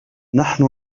نحن